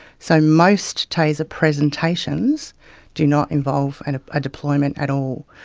so most taser presentations do not involve and a deployment at all.